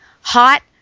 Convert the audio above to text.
Hot